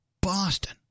Boston